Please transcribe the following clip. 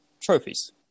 trophies